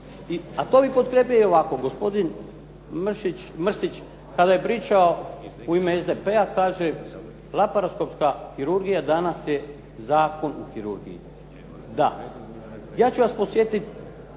a to bi podkrijepili ovako. Gospodin Mrsić kada je pričao u ime SDP-a kaže laparoskopska kirurgija danas je zakon u kirurgiji. Da, ja ću vas podsjetiti